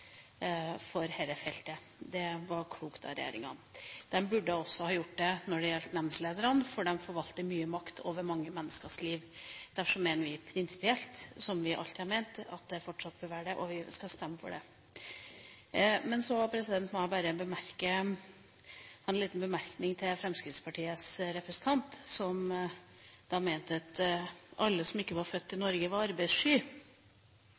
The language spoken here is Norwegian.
for dette feltet. Det var klokt av regjeringa. De burde også ha gjort det når det gjaldt nemndlederne, for de forvalter mye makt over mange menneskers liv. Derfor mener vi prinsipielt, som vi alltid har ment, at det fortsatt bør være slik, og vi skal stemme for det. Så må jeg bare ha en liten bemerkning til Fremskrittspartiets representant, som mente at alle som ikke var født i Norge, var arbeidssky.